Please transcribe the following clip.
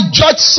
judge